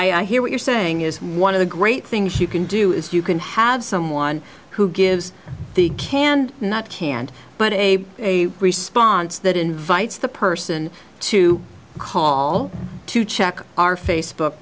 and i hear what you're saying is one of the great things you can do is you can have someone who gives the canned not canned but a a response that invites the person to call to check our facebook